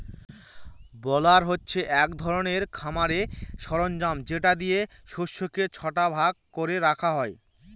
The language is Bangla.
বেলার হচ্ছে এক ধরনের খামারের সরঞ্জাম যেটা দিয়ে শস্যকে ছটা ভাগ করে রাখা হয়